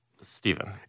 Stephen